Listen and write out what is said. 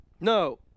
No